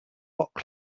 rock